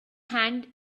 hand